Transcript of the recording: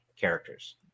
characters